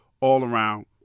all-around